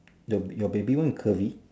the your baby one curvy